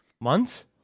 Months